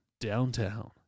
downtown